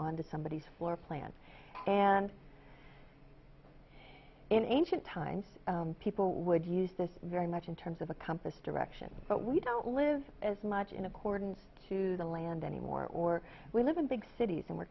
on the somebodies floor plan and in ancient times people would use this very much in terms of a compass direction but we don't live as much in accordance to the land anymore or we live in big cities and we're